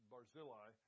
Barzillai